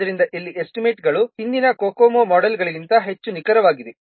ಆದ್ದರಿಂದ ಇಲ್ಲಿ ಎಸ್ಟಿಮೇಟ್ಗಳು ಹಿಂದಿನ COCOMO ಮೋಡೆಲ್ಗಳಿಗಿಂತ ಹೆಚ್ಚು ನಿಖರವಾಗಿವೆ